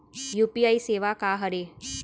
UPI सेवा का हरे?